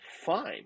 fine